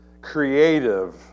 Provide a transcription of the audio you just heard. creative